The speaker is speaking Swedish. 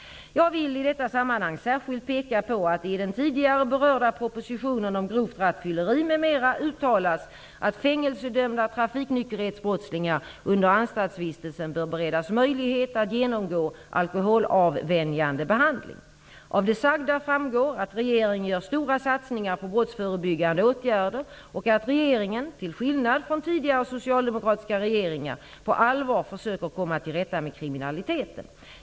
Jag vill i detta sammanhang särskilt peka på att det i den tidigare berörda propositionen om grovt rattfylleri m.m. uttalas att fängelsedömda trafiknykterhetsbrottslingar under anstaltsvistelsen bör beredas möjlighet att genomgå alkoholavvänjande behandling. Av det sagda framgår att regeringen gör stora satsningar på brottsförebyggande åtgärder och att regeringen -- till skillnad från tidigare socialdemokratiska regeringar -- på allvar försöker komma till rätta med kriminaliteten.